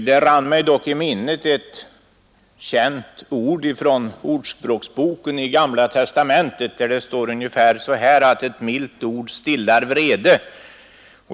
Det rann mig dock i minnet ett känt ord från Ordspråksboken i Gamla testamentet, där det står ungefär så, att ett milt ord stillar vrede.